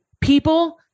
people